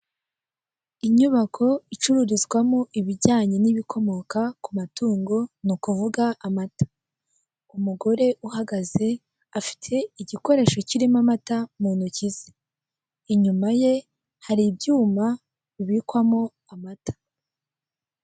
Iri ni isoko ricururizwamo imbuto zitandukanye; imyembe, amatunda, indimu, amacunga, amapapayi ariko hari kugaragaramo umuntu umwe.